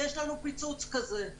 יש לנו פיצוץ כזה.